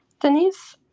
Denise